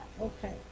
Okay